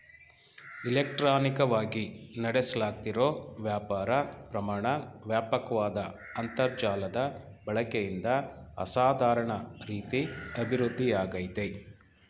ಇಲೆಕ್ಟ್ರಾನಿಕವಾಗಿ ನಡೆಸ್ಲಾಗ್ತಿರೋ ವ್ಯಾಪಾರ ಪ್ರಮಾಣ ವ್ಯಾಪಕ್ವಾದ ಅಂತರ್ಜಾಲದ ಬಳಕೆಯಿಂದ ಅಸಾಧಾರಣ ರೀತಿ ಅಭಿವೃದ್ಧಿಯಾಗಯ್ತೆ